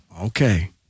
Okay